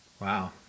Wow